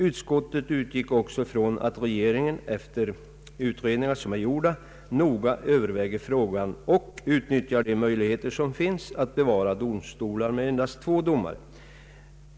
Utskottet utgick ifrån att regeringen efter utförda utredningar noga överväger frågan och utnyttjar de möjligheter som finns att bevara domstolar med endast två domare.